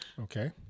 Okay